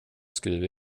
skriver